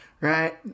right